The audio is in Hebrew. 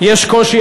יש קושי,